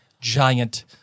Giant